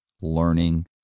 learning